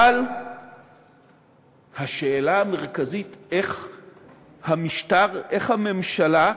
אבל השאלה המרכזית היא איך המשטר, איך הממשלה,